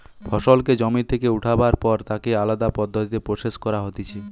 ফসলকে জমি থেকে উঠাবার পর তাকে আলদা পদ্ধতিতে প্রসেস করা হতিছে